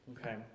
Okay